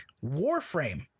Warframe